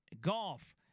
golf